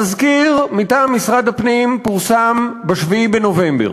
התזכיר מטעם משרד הפנים פורסם ב-7 בנובמבר,